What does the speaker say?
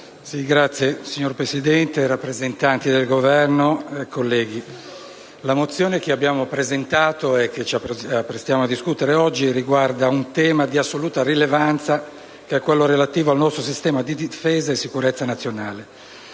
*(PD)*. Signor Presidente, rappresentanti del Governo, colleghi, la mozione che abbiamo presentato e ci apprestiamo a discutere oggi riguarda un tema di assoluta rilevanza, relativo al nostro sistema di difesa e sicurezza nazionale.